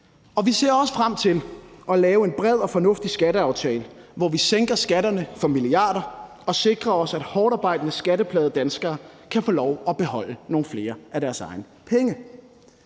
og vi ser også frem til at lave en bred og fornuftig skatteaftale, hvor vi sænker skatterne for milliarder og sikrer os, at hårdtarbejdende skatteplagede danskere kan få lov at beholde nogle flere af deres egne penge.